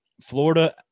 Florida